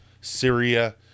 Syria